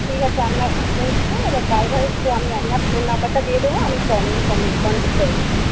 ঠিক আছে আপনারা পৌঁছে এবার ড্রাইভারকে আমি আপনার ফোন নাম্বারটা দিয়ে দেব আপনি কনট্যাক্ট করে নেবেন